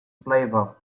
flavor